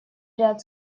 ряд